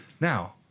Now